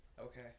Okay